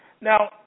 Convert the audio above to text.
Now